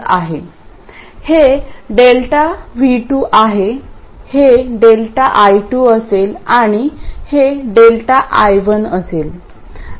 हे Δ V2 आहे हे Δ I2 असेल आणि हेΔ I1 असेल